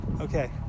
Okay